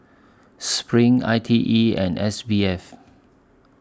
SPRING I T E and S B F